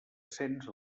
cens